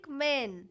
men